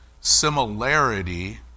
similarity